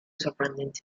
sorprendente